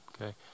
okay